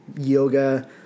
yoga